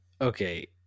Okay